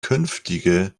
künftige